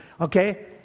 okay